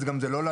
תודה רבה.